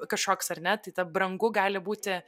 kažkoks ar ne tai ta brangu gali būti